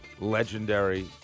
legendary